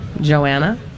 Joanna